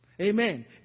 amen